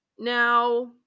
Now